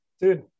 Dude